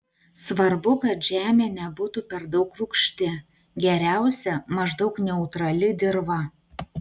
svarbu kad žemė nebūtų per daug rūgšti geriausia maždaug neutrali dirva